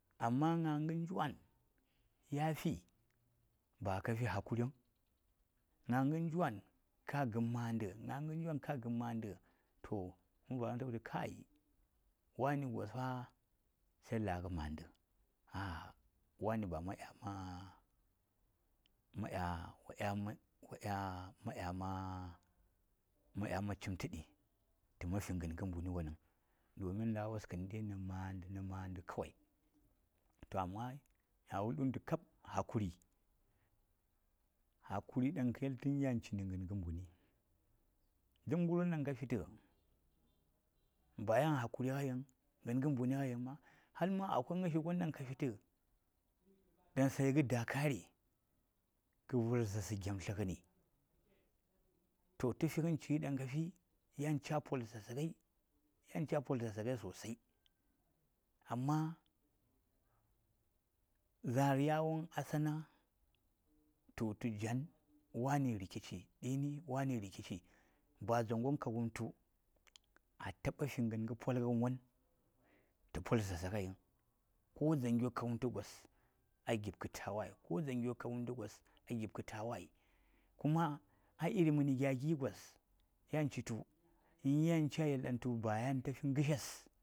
﻿Amma gna djwan yafi ba kafi hakuring gnagam jwan ka gam manda gnagan njwan manda toh man varangsa ta wultu kai wani gosfa sai laa nga maanda ahh wani ba ma dya ma cimta di ta manfi ganga mbuni won nang domin laawos kandi na manda na manda kawai, to amma mya wuldwun tu kab hakuri, hakuri, dang ka yel tan yan cina. gan mbuni, duk ngarwon dang yan kafita Bayan hakuri ngaiying nganga mbuni ngaiying ma hal a akwai ngashi gon dang ka fita dang sai ga dakare ka var zaarsə gyomtlagani toh ta figan cigayi dang kafii yan ca pol zaarsa ngai yan ca pol zaarsa ngai sosai amma zaar yawon a tsana ta wultu jwan wani rikici ɗimi wani rikici ba dzangon ka wumtu a taɓa fi ganga polgan won ta pol zaarsə ngaiying ko dzangyo ka wumtu gosa gib ka tawaye ko dzangyo ka wumtə gos a gib tawaye kuma ai iri mani gya gyi gos yan citu in yan ca yel ɗan tu baya tafi ngashes.